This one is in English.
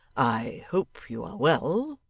i hope you are well